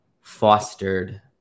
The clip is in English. fostered